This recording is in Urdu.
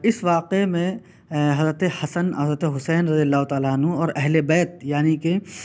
اس واقعہ میں حضرت حسن اور حضرت حسین رضی اللہ تعالیٰ عنہ اور اہل بیت یعنی کہ